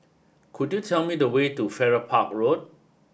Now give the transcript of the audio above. could you tell me the way to Farrer Park Road